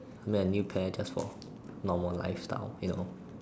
I need a new pair just for normal lifestyle you know